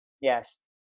Yes